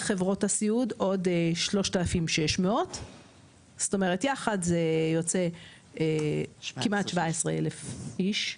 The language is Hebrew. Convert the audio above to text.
חברות הסיעוד עוד 3,600. זאת אומרת יחד זה יוצא כמעט 17,000 איש.